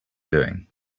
doing